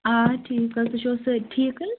آ ٹھیٖک حظ تُہۍ چھِو حظ سٲری ٹھیٖکٕے